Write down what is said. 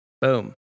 Boom